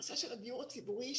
הנושא של הדיור הציבורי,